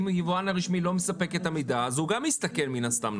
אם יבואן הרשמי לא מספק את המידע אז הוא גם יסתכן מן הסתם,